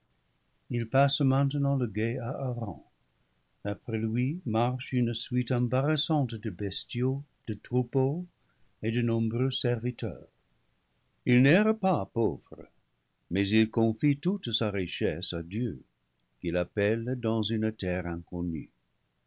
il passe maintenant le gué à haran après lui marche une suite embarrassante de bestiaux de troupeaux et de nombreux serviteurs il n'erre pas pauvre mais il con fie toute sa richesse à dieu qui l'appelle dans une terre